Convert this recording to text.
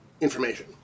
information